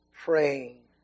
praying